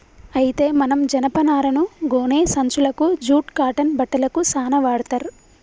అయితే మనం జనపనారను గోనే సంచులకు జూట్ కాటన్ బట్టలకు సాన వాడ్తర్